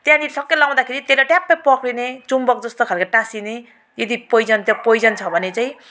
त्यहाँनेरि ठक्कै लगाउँदाखेरि त्यसलाई ट्याप्पै पक्रिने चुम्बक जस्तो खाले टाँसिने यदि पोइजन त्यो पोइजन छ भने चाहिँ